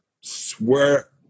Swear